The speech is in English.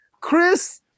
Chris